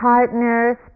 Partners